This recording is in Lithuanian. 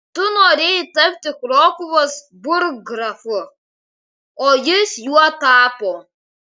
tu norėjai tapti krokuvos burggrafu o jis juo tapo